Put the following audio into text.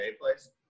place